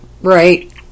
Right